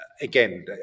again